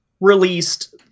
released